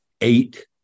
eight